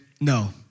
no